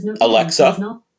Alexa